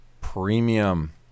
Premium